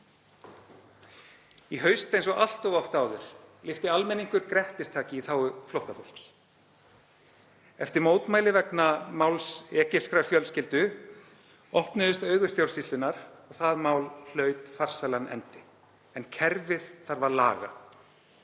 Í haust, eins og allt of oft áður, lyfti almenningur grettistaki í þágu flóttafólks. Eftir mótmæli vegna máls egypskrar fjölskyldu opnuðust augu stjórnsýslunnar og málið hlaut farsælan endi. En kerfið þarf að laga.